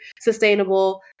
sustainable